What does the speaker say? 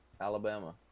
Alabama